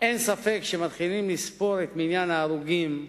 כאשר מתחילים לספור את מניין ההרוגים,